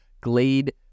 Glade